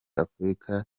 afurika